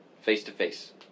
face-to-face